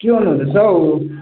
के गर्नु हुँदैछ हौ